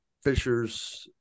Fishers